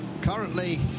currently